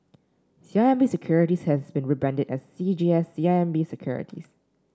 C I M B Securities has been rebranded as C G S C I M B Securities